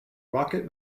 rocket